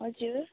हजुर